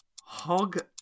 hog